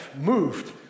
moved